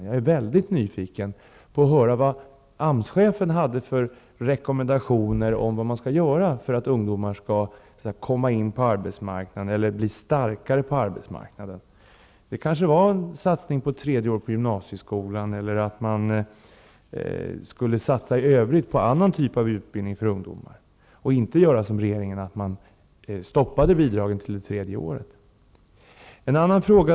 Jag är väldigt nyfiken i det avseendet och skulle gärna vilja höra vilka rekommendationer AMS-chefen hade när det gäller åtgärder för att göra det möjligt för ungdomar att komma in på arbetsmarknaden eller åtgärder som syftar till att ge ungdomarna en starkare ställning på arbetsmarknaden. En åtgärd kunde kanske vara att man satsar på det tredje året i gymnasieskolan eller på annan typ av utbildning för ungdomar -- detta i stället för att göra som regeringen, dvs. att stoppa bidraget till det tredje året. Så till en annan fråga.